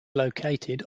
located